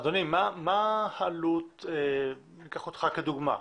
אדוני, אקח אותך כדוגמא.